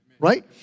right